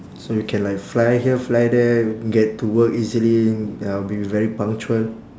so you can like fly here fly there get to work easily uh be very punctual